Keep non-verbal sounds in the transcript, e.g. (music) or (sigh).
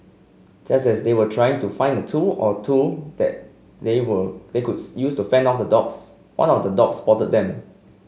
just as they were trying to find tool or two that they will they could (unintelligible) use to fend off the dogs one of the dogs spotted them